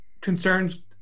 concerns